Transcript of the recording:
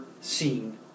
Seen